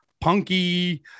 punky